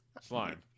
Slime